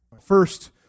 First